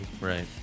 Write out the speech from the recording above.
Right